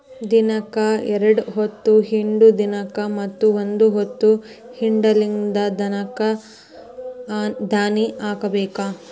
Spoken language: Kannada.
ದಿನಕ್ಕ ಎರ್ಡ್ ಹೊತ್ತ ಹಿಂಡು ದನಕ್ಕ ಮತ್ತ ಒಂದ ಹೊತ್ತ ಹಿಂಡಲಿದ ದನಕ್ಕ ದಾನಿ ಹಾಕಬೇಕ